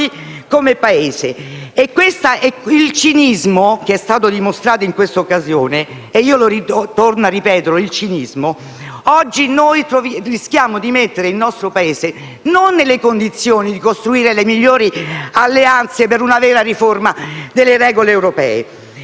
come Paese. Per il cinismo che è stato dimostrato in questa occasione - torno a ripeterlo, il cinismo - oggi rischiamo di non mettere il nostro Paese nelle condizioni di costruire le migliori alleanze per una vera riforma delle regole europee.